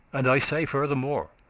and i say furthermore,